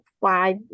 five